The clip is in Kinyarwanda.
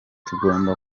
tugomba